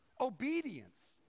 obedience